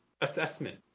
assessment